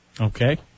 Okay